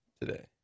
today